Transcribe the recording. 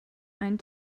einen